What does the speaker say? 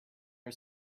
our